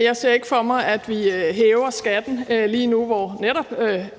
Jeg ser ikke for mig, at vi hæver skatten lige nu, hvor